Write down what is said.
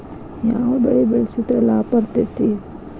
ಯಾವ ಬೆಳಿ ಬೆಳ್ಸಿದ್ರ ಲಾಭ ಬರತೇತಿ?